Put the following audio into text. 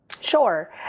Sure